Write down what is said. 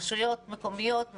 רשויות מקומיות,